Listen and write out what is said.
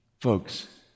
Folks